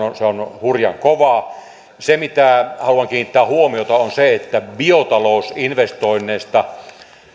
hurjan kova se mihin haluan kiinnittää huomiota on se että biotalousinvestoinneista